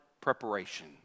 preparation